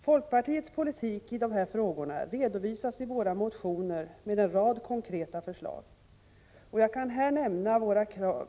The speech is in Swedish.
Folkpartiets politik i dessa frågor redovisas i våra motioner som innehåller en rad konkreta förslag. Jag kan här nämna några av våra krav.